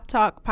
Talk